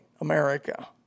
america